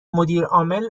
مدیرعامل